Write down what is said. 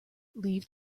leave